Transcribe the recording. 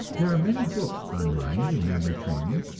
there are many books on mind and memory training,